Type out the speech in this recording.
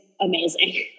amazing